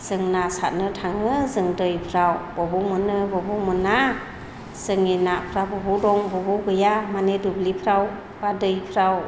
जों ना साथनो थाङो जों दैफ्राव बबाव मोनो बबाव मोना जोंनि नाफ्रा बबाव दं बबाव गैया मानि दुब्लिफ्राव एबा दैफ्राव